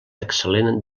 excel·lent